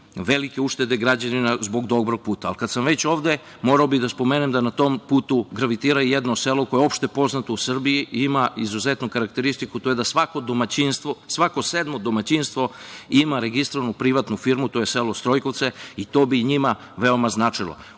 velike uštede građana zbog dobrog puta. Kada sam već ovde, morao bih da spomenem da na tom putu gravitira jedno selo koje je opšte poznato u Srbiji i ima izuzetnu karakteristiku, a to je da svako domaćinstvo, svako sedmo domaćinstvo ima registrovanu privatnu firmu. To je selo Strojkovce, i to bi njima veoma značilo. Ovo